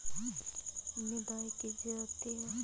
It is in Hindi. निदाई की जाती है?